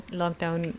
lockdown